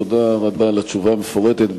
תודה רבה על התשובה המפורטת,